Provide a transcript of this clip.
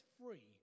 free